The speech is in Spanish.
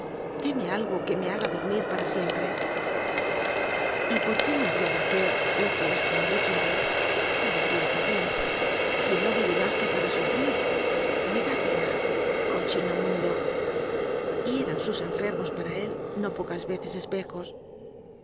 deme algo que me haga dormir para siempre y por qué no había de hacer lo que este hombre quiere se decía joaquínsi no vive más que para sufrir me da pena co chino mundo y eran sus enfermos para él no pocas ve ces espejos